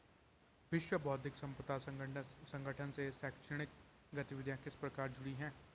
विश्व बौद्धिक संपदा संगठन से शैक्षणिक गतिविधियां किस प्रकार जुड़ी हैं?